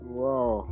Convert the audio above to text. wow